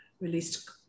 released